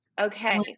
Okay